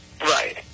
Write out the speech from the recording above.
Right